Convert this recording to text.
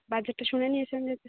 বাজেটটা শুনে নিয়েছেন এতে